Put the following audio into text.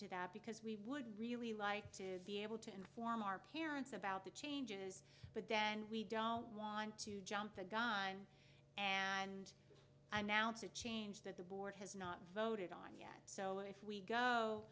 to that because we would really like to be able to inform our parents about the changes but then we don't want to jump the gun and i'm now it's a change that the board has not voted on yet so if we go